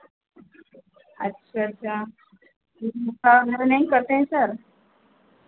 अच्छा अच्छा कोई नशा वगैरह नहीं करते हैं सर